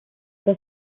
das